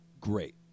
great